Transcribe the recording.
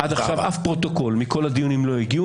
עד עכשיו שום פרוטוקול מכל הדיונים לא הגיע.